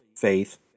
faith